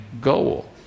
goal